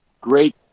Great